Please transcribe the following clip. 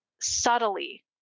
subtly